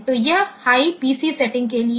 तो यह high PC सेटिंगके लिए है